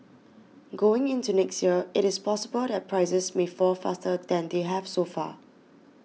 going into next year it is possible that prices may fall faster than they have so far